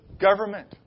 government